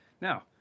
Now